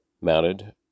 mounted